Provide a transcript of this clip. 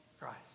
Christ